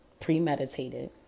Premeditated